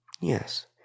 Yes